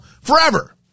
forever